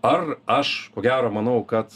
ar aš ko gero manau kad